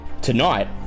Tonight